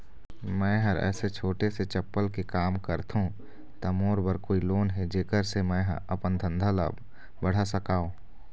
मैं हर ऐसे छोटे से चप्पल के काम करथों ता मोर बर कोई लोन हे जेकर से मैं हा अपन धंधा ला बढ़ा सकाओ?